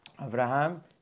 Abraham